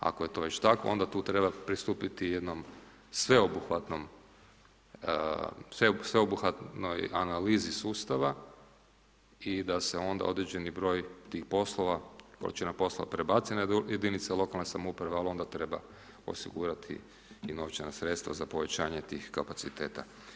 Ako je to već tako onda tu treba pristupiti jednom sveobuhvatnom, sveobuhvatnoj analizi sustava i da se onda određeni broj tih poslova, količina posla prebaci na jedinice lokalne samouprave ali onda treba osigurati i novčana sredstva za povećanje tih kapaciteta.